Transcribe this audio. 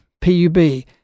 P-U-B